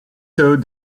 told